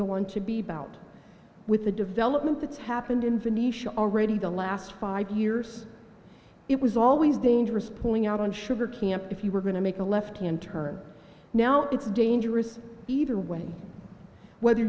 on to be bout with the development that's happened in venetia already the last five years it was always dangerous pulling out on sugar camp if you were going to make a left hand turn now it's dangerous either way whether